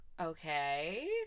Okay